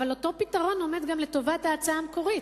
אבל אותו פתרון עומד גם לטובת ההצעה המקורית.